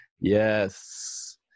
Yes